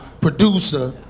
producer